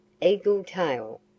eagle-tail